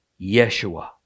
Yeshua